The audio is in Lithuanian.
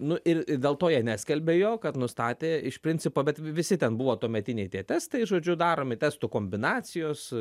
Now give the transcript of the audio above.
nu ir dėl to jie neskalbė jo kad nustatė iš principo bet visi ten buvo tuometiniai tie testai žodžiu daromi testų kombinacijos